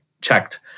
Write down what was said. checked